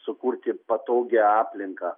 sukurti patogią aplinką